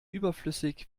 überflüssig